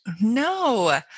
No